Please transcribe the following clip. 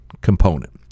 component